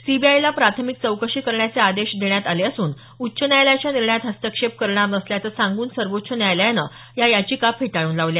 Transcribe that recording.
सीबीआयला प्राथमिक चौकशी करण्याचे आदेश देण्यात आले असून उच्च न्यायालयाच्या निर्णयात हस्तक्षेप करणार नसल्याचं सांगून सर्वोच्च न्यायालयानं या याचिका फेटाळून लावल्या